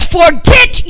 forget